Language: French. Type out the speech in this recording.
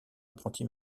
apprenti